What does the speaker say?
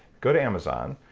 go to amazon.